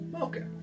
Okay